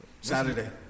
Saturday